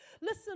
Listen